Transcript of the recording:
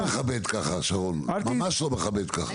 זה לא מכבד ככה, שרון, ממש לא מכבד ככה.